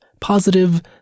positive